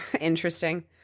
interesting